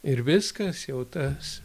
ir viskas jau tas